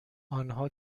آنها